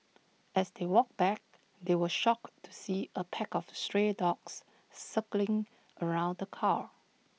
as they walked back they were shocked to see A pack of stray dogs circling around the car